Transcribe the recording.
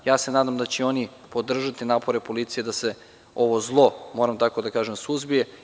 Ja se nadam da će i oni podržati napore policije da se ovo zlo, moram tako da kažem, suzbije.